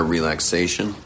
Relaxation